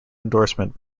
endorsement